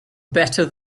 better